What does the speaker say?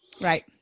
Right